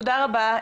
תודה רבה.